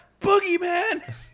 boogeyman